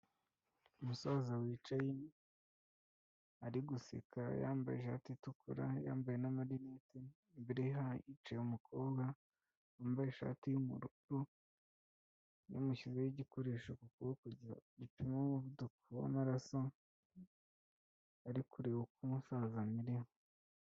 Umusaza wicaye, ari guseka yambaye ishati itukura, yambaye n'amarinete imbere ye hicaye umukobwa wambaye ishati y'ubururu, yamushyizeho igikoresho ku kuboko gipima umuvuduko w'amaraso, ari kureba uko umusaza amerewe.